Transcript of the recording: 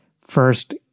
first